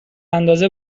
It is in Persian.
اندازه